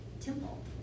temple